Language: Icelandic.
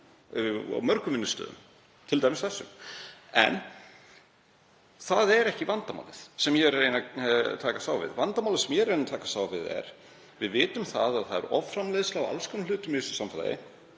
á mörgum vinnustöðum, t.d. þessum. En það er ekki vandamálið sem ég er að reyna að takast á við. Vandamálið sem ég er að reyna að takast á við er: Við vitum að það er offramleiðsla á alls konar hlutum í þessu samfélagi.